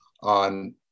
on